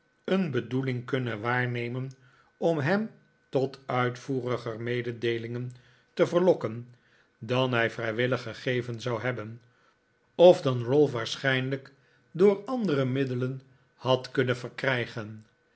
een bedoeling kunhen waarnemen om he'm tot uitvoeriger mededeelingen te verlokken dan hij vrijwillig gegeven zou hebben of dan ralph waarschijnlijk door andere middelen had kunnen verkrijgen